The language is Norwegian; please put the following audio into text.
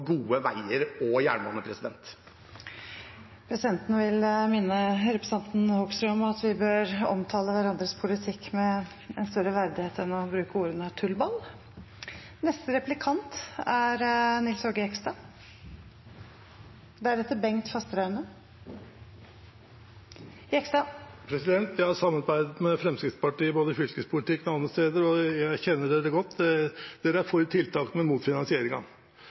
gode veier og jernbane. Presidenten vil minne representanten Hoksrud om at vi bør omtale hverandres politikk med en større verdighet enn å bruke ordet «tullball». Jeg har samarbeidet med Fremskrittspartiet både i fylkespolitikken og andre steder, og jeg kjenner dem godt. De er for tiltakene, men mot